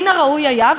מן הראוי היה,